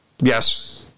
Yes